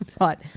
Right